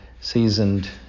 seasoned